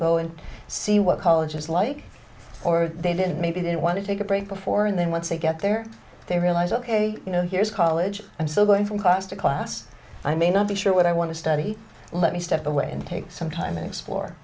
go and see what college is like or they didn't maybe didn't want to take a break before and then once they get there they realize ok you know here's college i'm still going from class to class i may not be sure what i want to study let me step away and take some time and explore